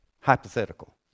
hypothetical